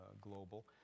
global